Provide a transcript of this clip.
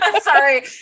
Sorry